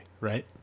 right